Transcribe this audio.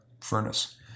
furnace